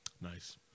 Nice